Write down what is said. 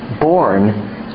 born